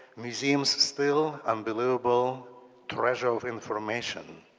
museums still unbelievable treasure of information.